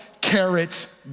carrots